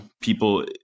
people